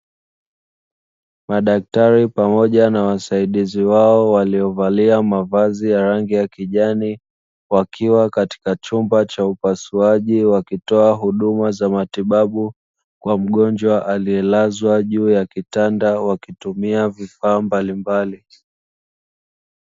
Madaktari pamoja na wasaidizi wao waliovalia mavazi ya rangi ya kijani, wakiwa katika chumba cha upasuaji wakitoa huduma za matibabu, kwa mgonjwa aliyelazwa juu ya kitanda wakitumia vifaa mbalimbali.